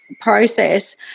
process